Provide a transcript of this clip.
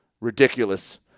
ridiculous